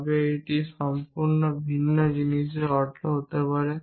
তবে এটি সম্পূর্ণ ভিন্ন জিনিসের অর্থ হতে পারে